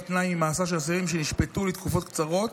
תנאי ממאסר של אסירים שנשפטו לתקופות קצרות,